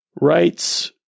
rights